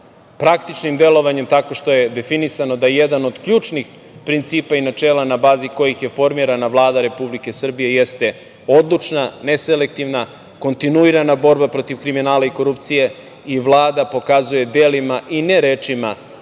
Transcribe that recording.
Praktičnim delovanjem tako što je definisano da jedan od ključnih principa i načela na bazi kojih je formirana Vlada Republike Srbije jeste odlučna, neselektivna, kontinuirana borba protiv kriminala i korupcije. Vlada pokazuje delima i ne rečima,